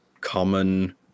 common